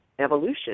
evolution